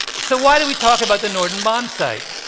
so why do we talk about the norden bombsight?